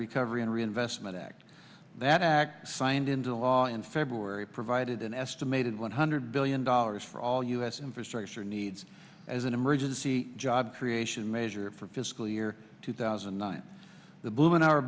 recovery and reinvestment act that act signed into law in february provided an estimated one hundred billion dollars for all u s infrastructure needs as an emergency job creation measure for fiscal year two thousand and nine the boom in our